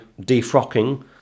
defrocking